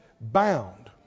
bound